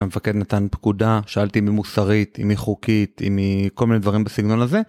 המפקד נתן פקודה, שאלתי אם היא מוסרית, אם היא חוקית, אם היא כל מיני דברים בסגנון הזה.